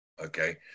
Okay